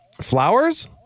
Flowers